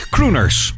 Crooners